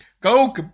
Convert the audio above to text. Go